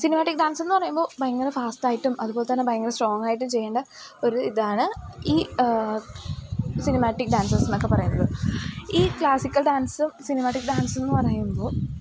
cinematic ഡാൻസെന്നു പറയുമ്പോൾ ഭയങ്കര ഫാസ്റ്റായിട്ടും അതുപോലെതന്നെ ഭയങ്കര സ്ട്രോങ്ങായിട്ടും ചെയ്യേണ്ട ഒരു ഇതാണ് ഈ സിനിമാറ്റിക് ഡാൻസേഴ്സ് എന്നൊക്കെ പറയുന്നത് ഈ ക്ലാസിക്കൽ ഡാൻസും സിനിമാറ്റിക് ഡാൻസെന്നു പറയുമ്പോഴും